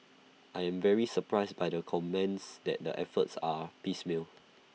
I am very surprised by your comments that the efforts are piecemeal